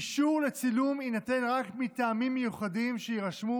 אישור לצילום יינתן רק מטעמים מיוחדים שיירשמו